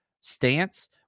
stance